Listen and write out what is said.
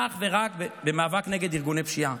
אך ורק במאבק נגד ארגוני פשיעה.